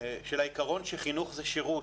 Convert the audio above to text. של העיקרון שחינוך זה שירות,